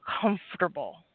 comfortable